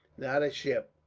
not a ship,